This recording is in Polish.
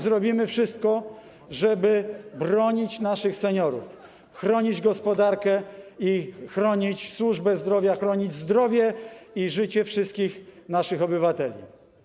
Zrobimy wszystko, żeby bronić naszych seniorów, chronić gospodarkę i służbę zdrowia, chronić zdrowie i życie wszystkich naszych obywateli.